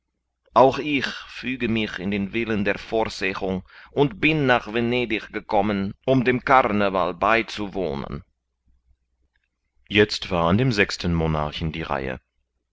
auch ich füge mich in den willen der vorsehung und bin nach venedig gekommen um dem carneval beizuwohnen jetzt war an dem sechsten monarchen die reihe